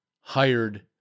hired